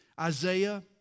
Isaiah